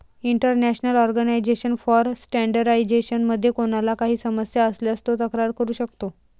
international organization for standardization मध्ये कोणाला काही समस्या असल्यास तो तक्रार करू शकतो